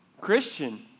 Christian